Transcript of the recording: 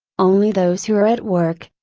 only those who are at work,